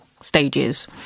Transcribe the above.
stages